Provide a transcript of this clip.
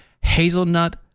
Hazelnut